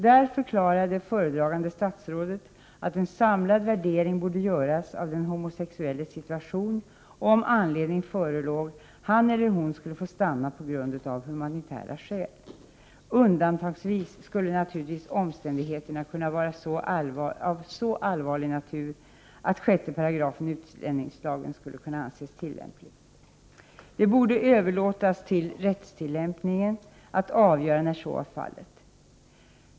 Där förklarade föredragande statsrådet att en samlad värdering borde göras av den homosexuelles situation och av, om anledning förelåg, om han eller hon skulle få stanna av humanitära skäl. Undantagsvis skulle naturligtvis omständigheterna kunna vara av så allvarlig natur att 6 § utlänningslagen kunde anses tillämplig. Det borde överlåtas till rättstillämpningen att avgöra när så är fallet.